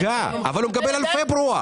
אבל הוא מקבל על פברואר.